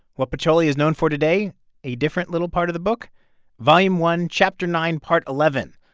what pacioli is known for today a different little part of the book volume one, chapter nine, part eleven,